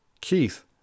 Keith